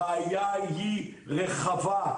הבעיה היא רחבה,